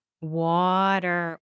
Water